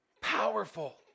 powerful